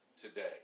today